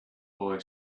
boy